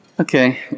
Okay